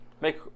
Make